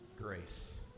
grace